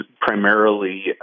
primarily